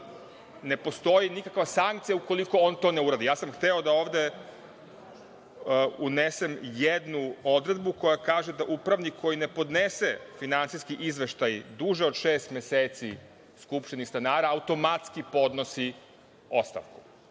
ne postoji nikakva sankcija ukoliko on to ne uradi. Hteo sam da ovde unesem jednu odredbu, koja kaže da upravnik koji ne podnese finansijski izveštaj duže od šest meseci skupštini stanara, automatski podnosi ostavku.